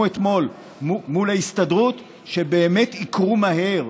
אתמול מול ההסתדרות באמת יקרו מהר,